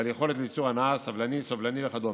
בעל יכולת ליצור הנעה, סבלני, סובלני וכדומה.